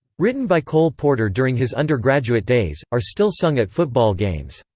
written by cole porter during his undergraduate days, are still sung at football games.